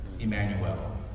Emmanuel